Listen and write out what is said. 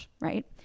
right